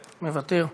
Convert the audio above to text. מוותר,